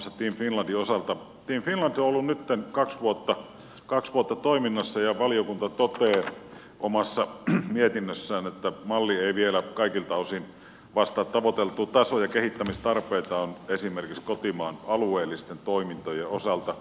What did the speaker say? team finland on ollut nytten kaksi vuotta toiminnassa ja valiokunta toteaa omassa mietinnössään että malli ei vielä kaikilta osin vastaa tavoiteltua tasoa ja kehittämistarpeita on esimerkiksi kotimaan alueellisten toimintojen osalta